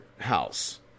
house